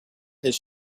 his